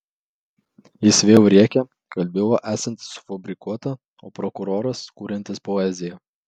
jis vėl rėkė kad byla esanti sufabrikuota o prokuroras kuriantis poeziją